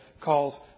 calls